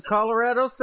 Colorado